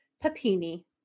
Papini